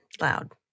loud